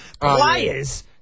Players